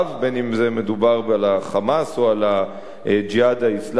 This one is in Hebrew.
בין אם מדובר ב"חמאס" או ב"ג'יהאד האסלאמי".